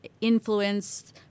influence